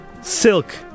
Silk